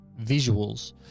Visuals